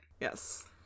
Yes